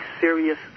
serious